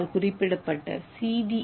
ஏ வால் குறிப்பிட்ட சி